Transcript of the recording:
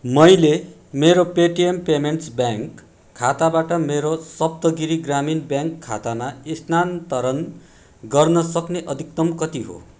मैले मेरो Paytm payments bank खाताबाट मेरो सप्तगिरि ग्रामीण ब्याङ्क खातामा स्थानान्तरण गर्नसक्ने अधिकतम कति हो